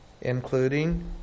Including